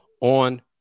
on